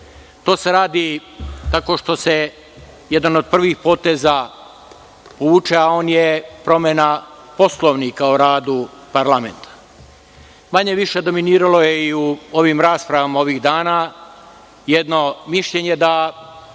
To se radi tako što se jedan od prvih poteza povuče, a on je promena Poslovnika o radu parlamenta. Manje-više dominiralo je i u ovom raspravama ovih dana jedno mišljenje da